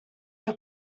your